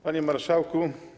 Panie Marszałku!